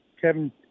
Kevin